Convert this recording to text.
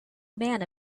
man